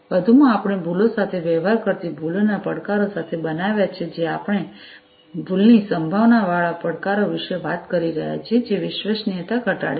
વધુમાં આપણે ભૂલો સાથે વ્યવહાર કરતી ભૂલોના પડકારો સાથે બનાવ્યા છે જે આપણે ભૂલની સંભાવનાવાળા પડકારો વિશે વાત કરી રહ્યા છીએ જે વિશ્વસનીયતા ઘટાડે છે